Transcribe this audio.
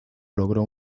logró